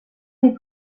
les